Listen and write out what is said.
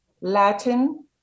Latin